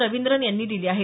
रविन्द्रन यांनी दिले आहेत